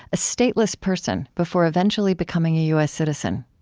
a stateless person, before eventually becoming a u s. citizen